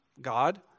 God